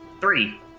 Three